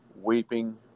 Weeping